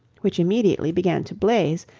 which immediately began to blaze,